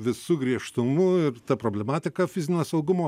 visu griežtumu ir ta problematika fizinio saugumo